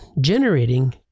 generating